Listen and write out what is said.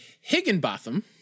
Higginbotham